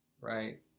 Right